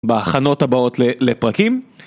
בהכנות הבאות לפרקים.